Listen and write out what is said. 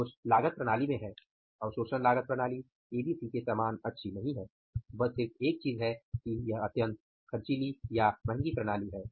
दोष लागत प्रणाली में है अवशोषण लागत प्रणाली एबीसी के समान अच्छी नहीं है बस सिर्फ एक चीज है कि वह अत्यंत जटिल प्रणाली है